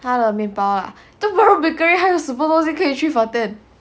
他的面包 lah bakery 还有什么可以 three for ten